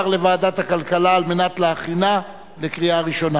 לוועדת הכלכלה על מנת להכינה לקריאה ראשונה.